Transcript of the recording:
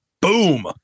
Boom